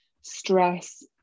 stress